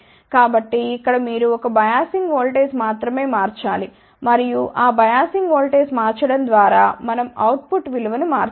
కాబట్టి ఇక్కడ మీరు 1 బయాసింగ్ ఓల్టేజ్ మాత్రమే మార్చాలి మరియు ఆ బయాసింగ్ ఓల్టేజ్ మార్చడం ద్వారా మనం అవుట్ పుట్ విలువను మార్చవచ్చు